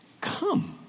come